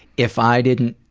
if i didn't